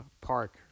park